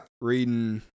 reading